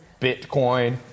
Bitcoin